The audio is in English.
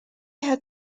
had